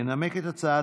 ינמק את ההצעה